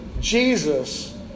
Jesus